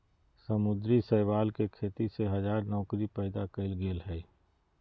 समुद्री शैवाल के खेती से हजार नौकरी पैदा कइल गेल हइ